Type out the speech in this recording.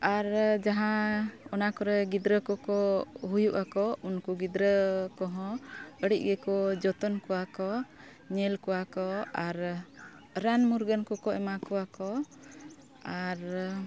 ᱟᱨ ᱡᱟᱦᱟᱸ ᱚᱱᱟ ᱠᱚᱨᱮ ᱜᱤᱫᱽᱨᱟᱹ ᱠᱚᱠᱚ ᱦᱩᱭᱩᱜ ᱟᱠᱚ ᱩᱱᱠᱩ ᱜᱤᱫᱽᱨᱟᱹ ᱠᱚᱦᱚᱸ ᱟᱹᱰᱤ ᱜᱮᱠᱚ ᱡᱚᱛᱚᱱ ᱠᱚᱣᱟ ᱠᱚ ᱧᱮᱞ ᱠᱚᱣᱟ ᱠᱚ ᱟᱨ ᱨᱟᱱ ᱢᱩᱨᱜᱟᱹᱱ ᱠᱚᱠᱚ ᱮᱢᱟ ᱠᱚᱣᱟ ᱠᱚ ᱟᱨ